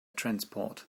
transport